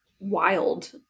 wild